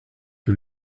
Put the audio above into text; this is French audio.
que